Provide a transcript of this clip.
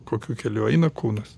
kokiu keliu eina kūnas